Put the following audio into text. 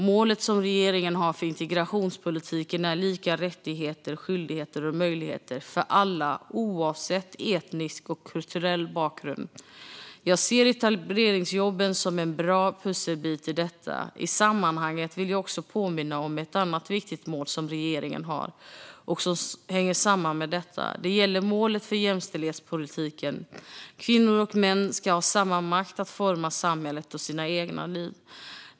Målet som regeringen har för integrationspolitiken är lika rättigheter, skyldigheter och möjligheter för alla oavsett etnisk och kulturell bakgrund. Jag ser etableringsjobben som en bra pusselbit i detta. I sammanhanget vill jag också påminna om ett annat viktigt mål som regeringen har som hänger samman med detta. Det gäller målet för jämställdhetspolitiken. Kvinnor och män ska ha samma makt att forma samhället och sina egna liv.